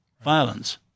violence